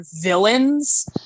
villains